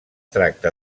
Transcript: tracta